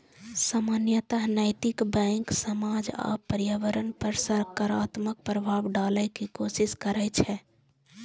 सामान्यतः नैतिक बैंक समाज आ पर्यावरण पर सकारात्मक प्रभाव डालै के कोशिश करै छै